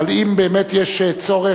אבל אם באמת יש צורך,